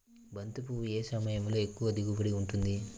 బంతి పువ్వు ఏ సమయంలో ఎక్కువ దిగుబడి ఉంటుంది?